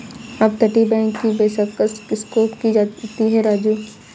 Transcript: अपतटीय बैंक की पेशकश किसको की जाती है राजू?